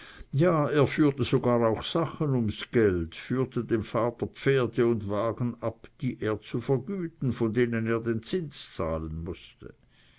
ja er führte sogar auch sachen ums geld führte dem vater pferde und wagen ab die er vergüten von denen er den zins zahlen mußte